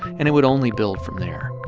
and it would only build from there.